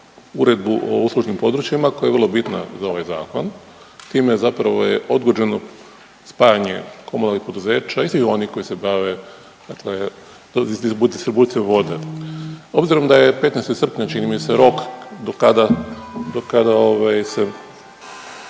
Uredbu o uslužnim područjima koja je vrlo bitna za ovaj Zakon, time zapravo je odgođeno spajanje komunalnih poduzeća, istih onih koji se bave, dakle, distribuciju vode. Obzirom da je 15. srpnja, čini mi se, rok do kada,